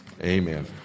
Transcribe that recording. amen